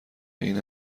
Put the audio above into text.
این